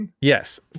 Yes